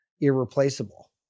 irreplaceable